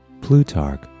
Plutarch